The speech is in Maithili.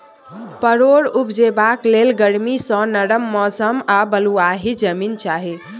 परोर उपजेबाक लेल गरमी सँ नरम मौसम आ बलुआही जमीन चाही